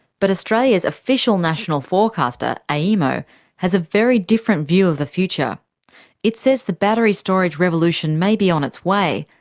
but australia's official national forecaster, aemo, has a very different view of the future it says the battery storage revolution may be on its way,